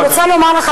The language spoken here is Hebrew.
אני רוצה לומר לך,